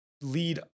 lead